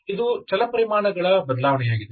ಇದು ಚಲಪರಿಮಾಣಗಳ ಬದಲಾವಣೆಯಾಗಿದೆ